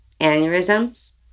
aneurysms